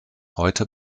heute